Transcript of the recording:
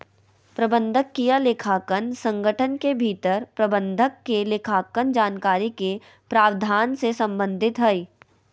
प्रबंधकीय लेखांकन संगठन के भीतर प्रबंधक के लेखांकन जानकारी के प्रावधान से संबंधित हइ